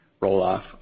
roll-off